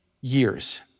years